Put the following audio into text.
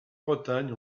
bretagne